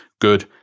good